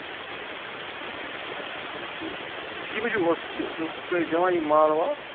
اچھا ٹھیٖک اچھا اچھا ٹھیک ژٕ کِتھ پٲٹھۍ اوسُکھ ژٕ اوسکھٕ کٲنٛسہِ دِوان یہِ مال وال